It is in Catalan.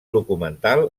documental